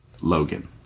Logan